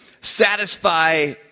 satisfy